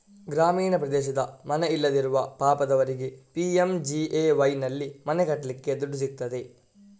ಗ್ರಾಮೀಣ ಪ್ರದೇಶದ ಮನೆ ಇಲ್ಲದಿರುವ ಪಾಪದವರಿಗೆ ಪಿ.ಎಂ.ಜಿ.ಎ.ವೈನಲ್ಲಿ ಮನೆ ಕಟ್ಲಿಕ್ಕೆ ದುಡ್ಡು ಸಿಗ್ತದೆ